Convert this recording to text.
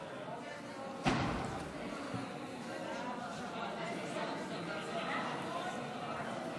ההצבעה: 55 בעד,